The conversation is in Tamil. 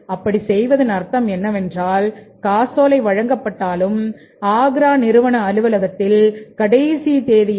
அப்படிச் செய்வதன் அர்த்தம் என்ன என்றால் காசோலை வழங்கப்பட்டாலும் ஆக்ரா நிறுவன அலுவலகத்தில் கடைசி தேதியில்